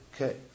Okay